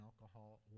alcohol